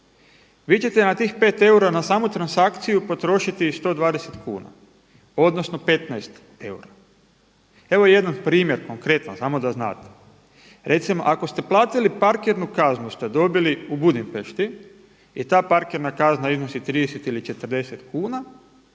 vi ćete na tih 5 eura na samu transakciju potrošiti 120 kuna, odnosno 15 eura. Evo jedan primjer, konkretan, samo da znate. Recimo ako ste platili parkirnu kaznu ste dobili u Budimpešti i ta parkirna kazna iznosi 30 ili 40 kuna,